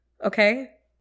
okay